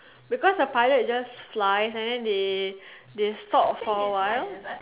because a pilot just fly and then they they stop for a while